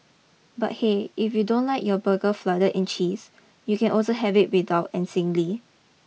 but hey if you don't like your burger flooded in cheese you can also have it without and singly